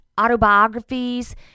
autobiographies